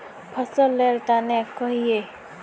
फसल लेर तने कहिए?